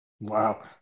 Wow